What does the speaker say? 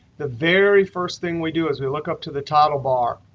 the very first thing we do is we look up to the title bar.